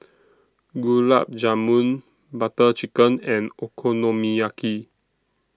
Gulab Jamun Butter Chicken and Okonomiyaki